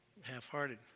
half-hearted